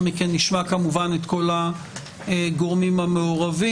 מכן נשמע כמובן את כל הגורמים המעורבים,